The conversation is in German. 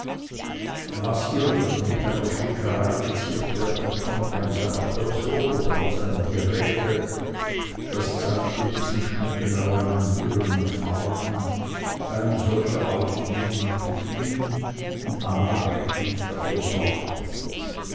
was irgend mit einer stickerei geziert werden konnte an seiner person oder an seinem geräte das zeigte diesen schmuck in allen manieren und farben da ihm solcher ausnehmend gefiel und anna reichlich dafür sorgte